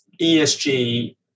ESG